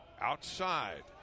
outside